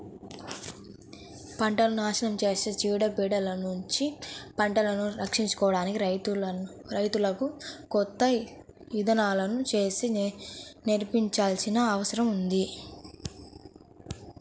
పంటను నాశనం చేసే చీడ పీడలనుంచి పంటను రక్షించుకోడానికి రైతులకు కొత్త ఇదానాలను చానా నేర్పించాల్సిన అవసరం ఉంది